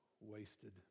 wasted